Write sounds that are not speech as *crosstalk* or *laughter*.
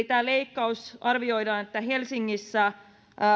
*unintelligible* tämä leikkaus olisi helsingissä